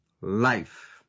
life